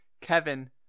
Kevin